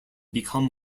become